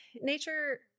nature